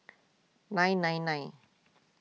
nine nine nine